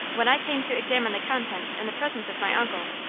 when i came to examine the contents in the presence of my uncle,